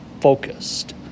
focused